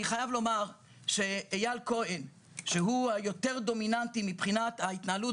אני חייב לומר שאיל כהן שהוא יותר דומיננטי בהתנהלות